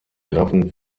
grafen